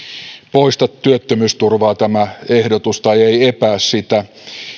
poista työttömyysturvaa tai ei epää sitä